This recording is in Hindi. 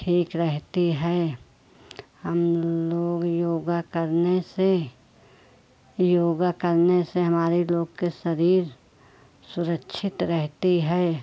ठीक रहती है हम लोग योग करने से योग करने से हमारे लोग के शरीर सुरक्षित रहता है